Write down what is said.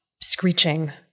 screeching